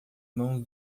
mãos